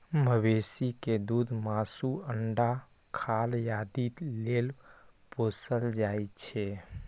मवेशी कें दूध, मासु, अंडा, खाल आदि लेल पोसल जाइ छै